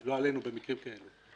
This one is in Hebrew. לא עלינו, במקרים כאלה.